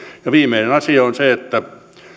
ja viimeinen asia on se että